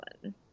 one